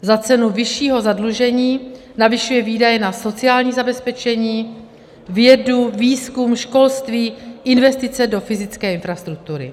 Za cenu vyššího zadlužení navyšuje výdaje na sociální zabezpečení, vědu, výzkum, školství, investice do fyzické infrastruktury.